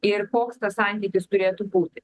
ir koks tas santykis turėtų būti